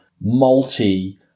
multi